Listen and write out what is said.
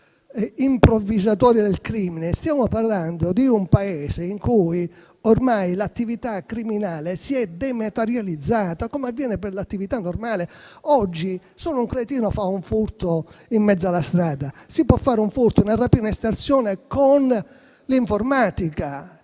improvvisatori del crimine, ma di un Paese in cui ormai l'attività criminale si è dematerializzata, come avviene per quella normale. Oggi solo un cretino fa un furto in mezzo alla strada, perché si possono fare un furto, una rapina o un'estorsione con l'informatica